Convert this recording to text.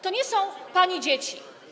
To nie są pani dzieci.